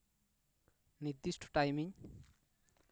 ᱱᱤᱨᱫᱤᱥᱴᱚ ᱴᱟᱭᱤᱢᱤᱧ